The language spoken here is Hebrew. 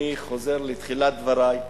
אני חוזר לתחילת דברי.